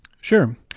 Sure